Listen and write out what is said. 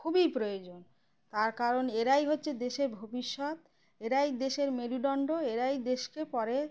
খুবই প্রয়োজন তার কারণ এরাই হচ্ছে দেশের ভবিষ্যৎ এরাই দেশের মেরুদণ্ড এরাই দেশকে পরে